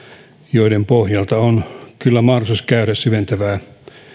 joiden pohjalta on kyllä mahdollisuus käydä syventävää